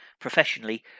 professionally